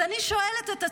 אז אני שואלת את עצמי: